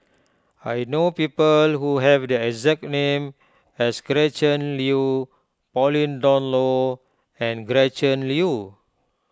I know people who have the exact name as Gretchen Liu Pauline Dawn Loh and Gretchen Liu